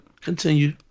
Continue